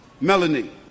Melanie